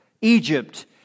Egypt